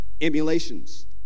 Emulations